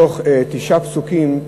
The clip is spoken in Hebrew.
תשעה פסוקים,